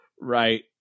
Right